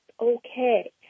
okay